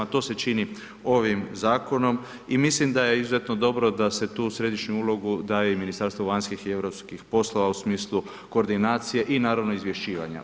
To se čini ovim Zakonom i mislim da je izuzetno dobro da se tu središnju ulogu daje i Ministarstvu vanjskih i europskih poslova u smislu koordinacije i naravno, izvješćivanja.